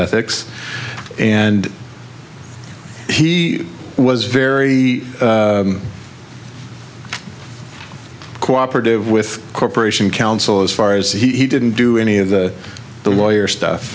ethics and he was very cooperative with corporation counsel as far as he didn't do any of the lawyer stuff